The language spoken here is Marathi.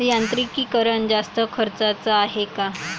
यांत्रिकीकरण जास्त खर्चाचं हाये का?